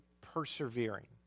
persevering